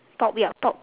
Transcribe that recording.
pop ya pop